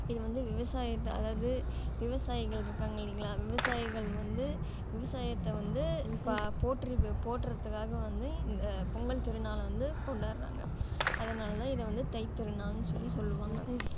இது வந்து விவசாயத்தை அதாவது விவசாயிகள் இருக்காங்க இல்லைங்களா விவசாயிகள் வந்து விவசாயத்தை வந்து போற்றத்துக்காக வந்து இந்த பொங்கல் திருநாளை வந்து கொண்டாடுறாங்க அதனால் தான் இதை வந்து தைத்திருநாள்னு சொல்லி சொல்வாங்க